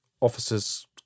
officers